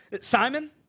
Simon